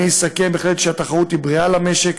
אני אסכם: התחרות בהחלט בריאה למשק,